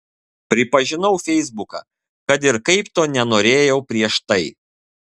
pripažinau feisbuką kad ir kaip to nenorėjau prieš tai